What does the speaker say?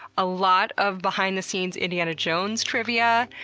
a lot of behind the scenes indiana jones trivia,